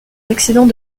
accident